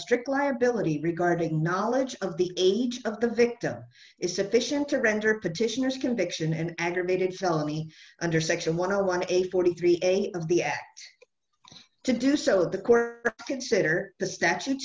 have strict liability regarding knowledge of the age of the victim is sufficient to render petitioners a conviction and aggravated felony under section one or one a forty three dollars a to do so the court consider the statute